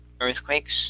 earthquakes